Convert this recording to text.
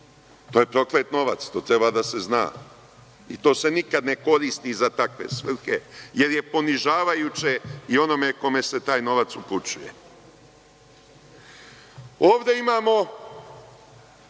To je proklet novac, to treba da se zna, i to se nikada ne koristi za takve svrhe, jer je ponižavajuće i onome kome se taj novac upućuje. Ovde imamo